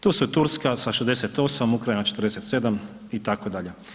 Tu su i Turska sa 68, Ukrajina 47 itd.